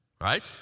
right